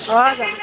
हजर